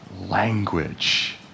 language